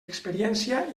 experiència